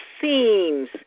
seems